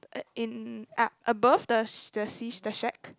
uh in ah above the the sea the shack